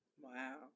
Wow